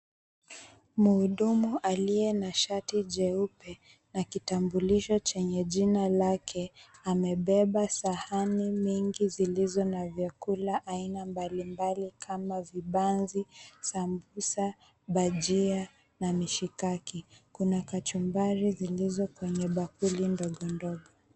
Mhudumu aliye na shati jeupe na kitambulisho chenye jina lake amebeba sahani mingi zilizo na vyakula aina mbali mbali kama vibanzi, sambusa, bhajia na mishikaki. Kuna kachumbari zilizo kwenye bakuli ndogo ndogo.